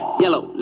yellow